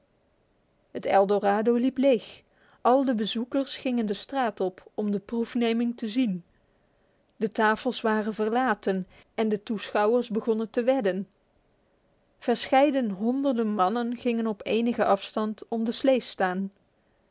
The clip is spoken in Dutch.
het eldorado liep leeg al de bezoekers gingen de straat op om de proefneming te zien de tafels waren verlaten en de toeschouwers begonnen te wedden verscheidene honderden mannen gingen op enige afstand om de slee staan